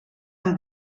amb